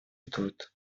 тут